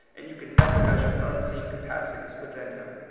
and you can never measure the unseen capacities within him.